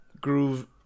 Groove